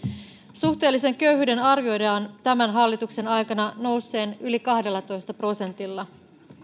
suhteellisen köyhyyden arvioidaan tämän hallituksen aikana nousseen yli kahdellatoista prosentilla